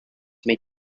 made